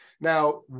Now